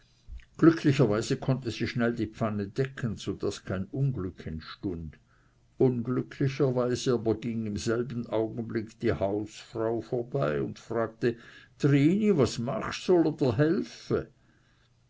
glücklicherweise konnte sie schnell die pfanne decken so daß kein unglück entstund unglücklicherweise aber ging in selbem augenblick die hausfrau vorbei und fragte trini was machst soll i dr helfe